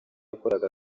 yakoraga